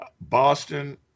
Boston